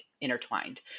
intertwined